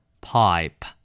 pipe